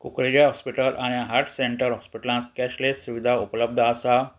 कुंकळेचें hospital आनी heart centre हॉस्पिटलांत cashless सुविधा उपलब्ध आसा